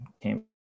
came